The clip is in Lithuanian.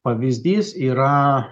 pavyzdys yra